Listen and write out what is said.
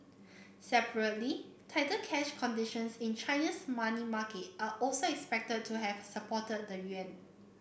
separately tighter cash conditions in Chinese money market are also expected to have supported the yuan